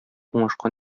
уңышка